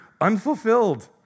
unfulfilled